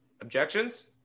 Objections